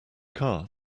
car